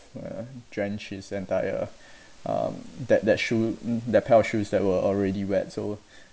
uh drenched his entire um that that shoe that pair of shoes that were already wet so